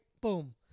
boom